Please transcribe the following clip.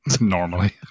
normally